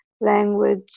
language